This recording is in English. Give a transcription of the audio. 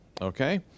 Okay